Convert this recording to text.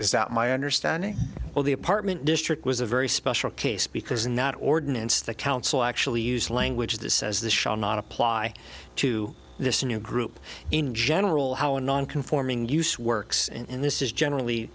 is that my understanding of the apartment district was a very special case because not ordinance the council actually used language that says this shall not apply to this new group in general how a non conforming use works and this is generally